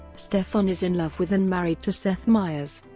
stefon is in love with and married to seth meyers.